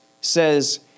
says